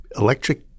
electric